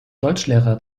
deutschlehrer